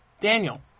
Daniel